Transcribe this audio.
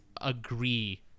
agree